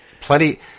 Plenty